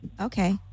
Okay